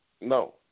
No